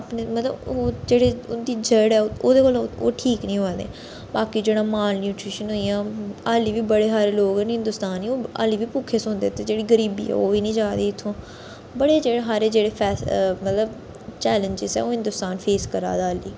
अपने मतलब ओह् जेह्डी उंदी जड़ ऐ ओह्दे कोला ओह् ठीक नी होआ दे बाकी जेह्ड़ा माल न्युट्रेशन होई गेआ अल्ली बी बड़े हारे लोक न हिंदोस्तान च ओह् अल्ली बी भुक्खे सौंदे ते जेह्ड़ी गरीबी ऐ ओह् बी नी जा दी इत्थुं बड़े जेह्ड़े हारे जेह्ड़े मतलब चैलजिंस ऐ ओह् हिंदोस्तान फेस करा दा ऐ अल्ली